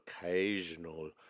occasional